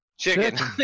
Chicken